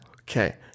Okay